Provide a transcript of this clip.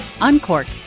uncork